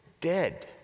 dead